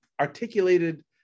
articulated